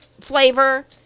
flavor